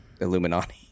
Illuminati